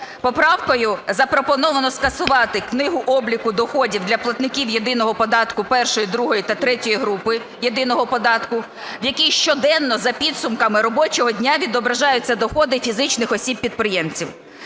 Поправкою запропоновано скасувати книгу обліку доходів для платників єдиного податку першої, другої та третьої групи єдиного податку, в якій щоденно за підсумками робочого дня відображаються доходи фізичних осіб підприємців.